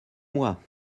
moi